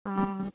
अ